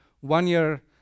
one-year